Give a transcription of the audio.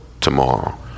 tomorrow